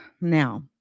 Now